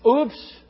Oops